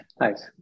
Nice